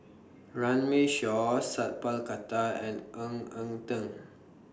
Runme Shaw Sat Pal Khattar and Ng Eng Teng